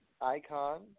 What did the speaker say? Icon